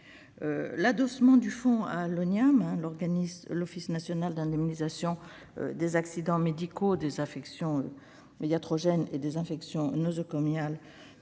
L'adossement du fonds à l'Oniam, l'Office national d'indemnisation des accidents médicaux, des affections iatrogènes et des infections nosocomiales,